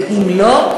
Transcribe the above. ואם לא,